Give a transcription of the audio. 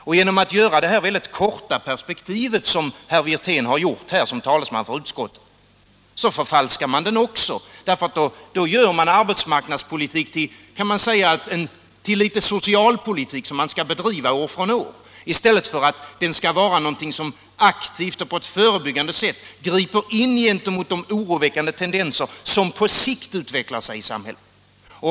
Och genom att, som herr Wirtén gjorde såsom talesman för utskottet, anlägga ett väldigt kort perspektiv förfalskar man den också. Då gör man arbetsmarknadspolitik till litet socialpolitik som skall bedrivas år efter år i stället för att den skall vara något som aktivt och på ett förebyggande sätt griper in mot de oroväckande tendenser som på sikt utvecklar sig i samhället.